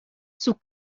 sus